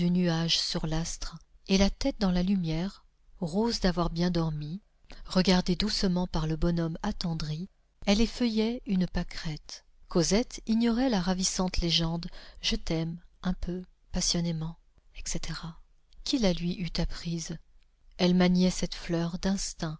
nuage sur l'astre et la tête dans la lumière rose d'avoir bien dormi regardée doucement par le bonhomme attendri elle effeuillait une pâquerette cosette ignorait la ravissante légende je t'aime un peu passionnément etc qui la lui eût apprise elle maniait cette fleur d'instinct